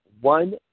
one